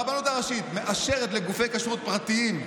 הרבנות הראשית מאשרת לגופי כשרות פרטיים,